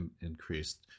increased